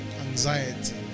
anxiety